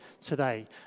today